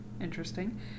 interesting